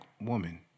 woman